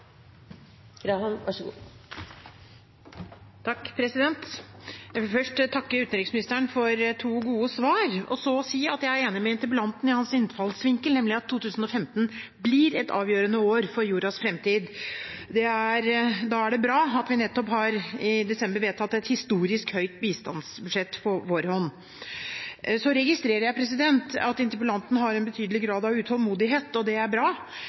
krevde i så måte nasjonale handlingsplaner fra norsk side. Jeg vil først takke utenriksministeren for to gode svar og så si at jeg er enig med interpellanten i hans innfallsvinkel, nemlig at 2015 blir et avgjørende år for jordens fremtid. Da er det bra at vi nettopp, i desember, har vedtatt et historisk høyt bistandsbudsjett på vår hånd. Så registrerer jeg at interpellanten har en betydelig grad av utålmodighet, og det er bra,